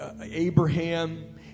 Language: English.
Abraham